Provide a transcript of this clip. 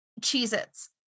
Cheez-Its